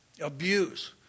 abuse